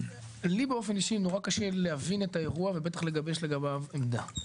לי באופן אישי נורא קשה להבין את האירוע ובטח לגבש לגביו עמדה.